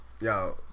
Yo